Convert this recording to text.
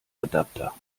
adapter